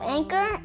Anchor